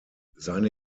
seine